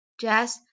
Jazz